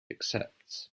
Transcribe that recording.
accepts